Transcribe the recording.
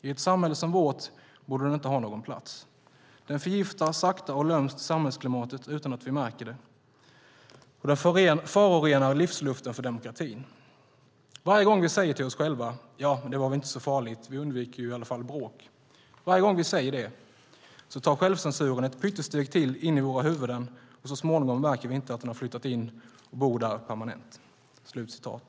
I ett samhälle som vårt borde den inte ha någon plats. Den förgiftar sakta och lömskt samhällsklimatet utan att vi märker att det sker, den förorenar livsluften för demokratin. Varje gång vi säger till oss själva. 'Ja, men det är väl inte så farligt. Vi undviker ju i alla fall bråk.' Varje gång vi säger det tar självcensuren ett pyttesteg in i våra huvuden och så småningom märker vi inte att den har flyttat in och bor där." I detta anförande instämde Per Ramhorn .